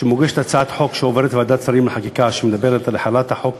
שמוגשת הצעת חוק שמדברת על החלת החוק